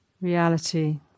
reality